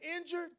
injured